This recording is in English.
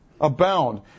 Abound